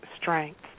strength